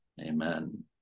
amen